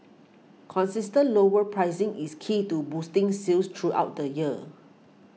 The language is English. consistent lower pricing is key to boosting sales throughout the year